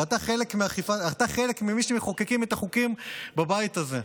ואתה חלק ממי שמחוקקים את החוקים בבית הזה,